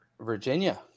Virginia